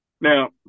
Now